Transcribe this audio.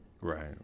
Right